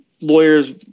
lawyers